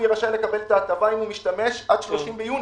לקבל את ההטבה אם הוא משתמש עד 30 ביוני,